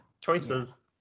Choices